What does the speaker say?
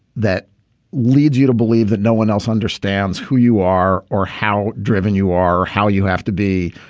that leads you to believe that no one else understands who you are or how driven you are, how you have to be,